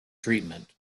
treatment